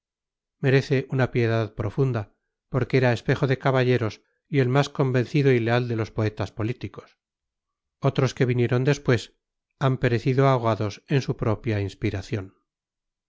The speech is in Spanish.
merece una piedad profunda porque era espejo de caballeros y el más convencido y leal de los poetas políticos otros que vinieron después han perecido ahogados en su propia inspiración